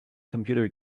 computer